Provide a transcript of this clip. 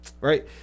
Right